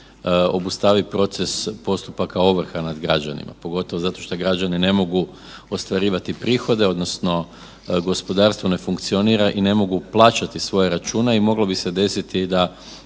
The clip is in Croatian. obustavi proces postupaka ovrhe nad građanima, pogotovo što građani ne mogu ostvarivati prihode odnosno gospodarstvo ne funkcionira i ne mogu plaćati svoje račune i moglo bi se desiti da